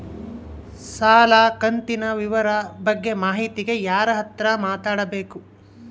ಸಾಲ ಕಂತಿನ ವಿವರ ಬಗ್ಗೆ ಮಾಹಿತಿಗೆ ಯಾರ ಹತ್ರ ಮಾತಾಡಬೇಕು?